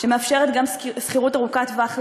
שמאפשרת גם שכירות ארוכת טווח,